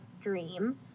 dream